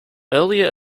earlier